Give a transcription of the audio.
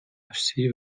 всі